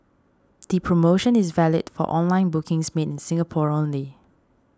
the promotion is valid for online bookings made in Singapore only